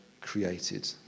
created